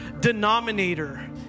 denominator